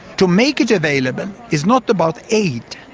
to make it available is not about aid,